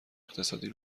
اقتصادی